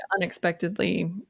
unexpectedly